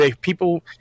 People